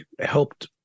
helped